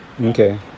Okay